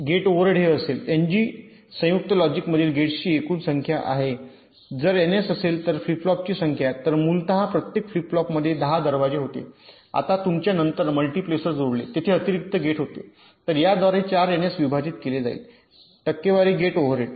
तर याद्वारे 4 एनएस विभाजित केले जाईल टक्केवारी गेट ओव्हरहेड